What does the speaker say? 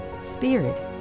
spirit